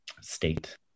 state